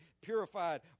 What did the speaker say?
purified